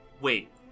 Wait